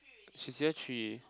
she's year three